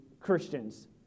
Christians